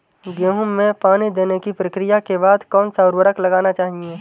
गेहूँ में पानी देने की प्रक्रिया के बाद कौन सा उर्वरक लगाना चाहिए?